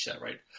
right